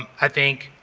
i think